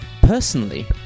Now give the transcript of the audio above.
personally